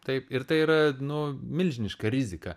taip ir tai yra nu milžiniška rizika